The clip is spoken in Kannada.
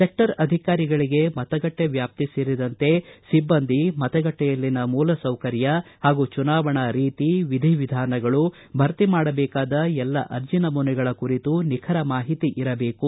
ಸೆಕ್ಷರ್ ಅಧಿಕಾರಿಗಳಿಗೆ ಮತಗಟ್ಟೆ ವ್ವಾಪ್ತಿ ಸೇರಿದಂತೆ ಸಿಬ್ಬಂದಿ ಮತಗಟ್ಟೆಯಲ್ಲಿನ ಮೂಲಸೌಕರ್ಯ ಹಾಗೂ ಚುನಾವಣಾ ರೀತಿ ವಿಧಿ ವಿಧಾನಗಳು ಭರ್ತಿ ಮಾಡಬೇಕಾದ ಎಲ್ಲ ಅರ್ಜಿ ನಮೂನೆಗಳ ಕುರಿತು ನಿಖರ ಮಾಹಿತಿ ಇರಬೇಕು